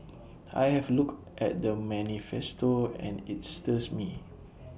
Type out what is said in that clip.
I have looked at the manifesto and IT stirs me